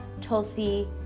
tulsi